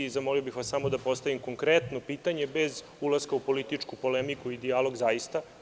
Zamolio bih vas samo da postavim konkretno pitanje, bez ulaska u političku politiku i dijalog, zaista.